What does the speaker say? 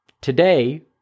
Today